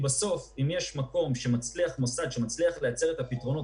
אם יש מוסד שמצליח לייצר את הפתרונות